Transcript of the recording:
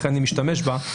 לכן אני משתמש בה,